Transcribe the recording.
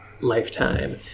lifetime